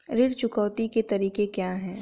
ऋण चुकौती के तरीके क्या हैं?